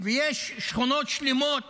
ויש שכונות שלמות